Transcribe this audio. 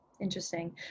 interesting